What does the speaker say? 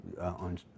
on